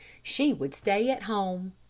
she would stay at home.